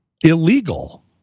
illegal